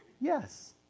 Yes